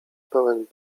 pełen